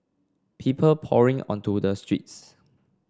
people pouring onto the streets